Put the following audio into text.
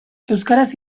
euskaraz